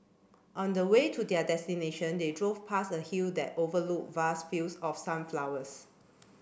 on the way to their destination they drove past a hill that overlooked vast fields of sunflowers